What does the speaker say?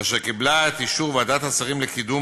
אשר קיבלה את אישור ועדת השרים לקידום